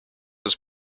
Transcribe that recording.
was